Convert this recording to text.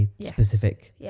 specific